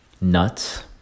nuts